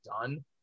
done